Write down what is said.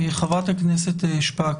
חברת הכנסת שפק,